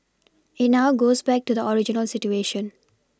it now goes back to the original situation